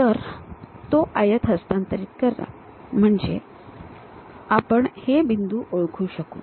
तर तो आयत हस्तांतरित करा म्हणजे आपण हे बिंदू ओळखू शकू